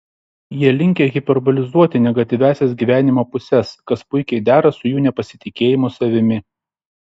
jie linkę hiperbolizuoti negatyviąsias gyvenimo puses kas puikiai dera su jų nepasitikėjimu savimi